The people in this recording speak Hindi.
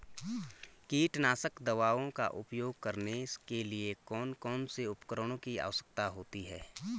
कीटनाशक दवाओं का उपयोग करने के लिए कौन कौन से उपकरणों की आवश्यकता होती है?